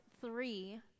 three